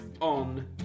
on